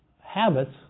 habits